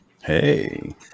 Hey